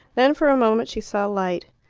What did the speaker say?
then, for a moment, she saw light.